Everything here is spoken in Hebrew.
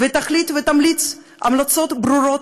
תחליט ותמליץ המלצות ברורות,